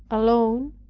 alone,